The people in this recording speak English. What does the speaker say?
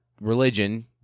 religion